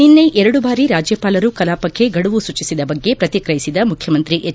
ನಿನ್ನೆ ಎರಡು ಬಾರಿ ರಾಜ್ಯಪಾಲರು ಕಲಾಪಕ್ಕೆ ಗಡುವು ಸೂಚಿಸಿದ ಬಗ್ಗೆ ಪ್ರತಿಕ್ರಿಯಿಸಿದ ಮುಖ್ಯಮಂತ್ರಿ ಎಚ್